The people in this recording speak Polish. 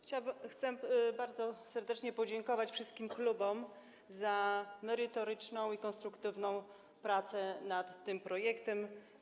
Chcę bardzo serdecznie podziękować wszystkim klubom za merytoryczną i konstruktywną pracę nad tym projektem.